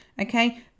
okay